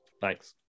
Thanks